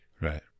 Right